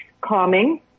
calming